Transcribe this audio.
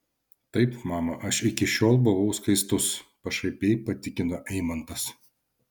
taip mama aš iki šiol buvau skaistus pašaipiai patikino eimantas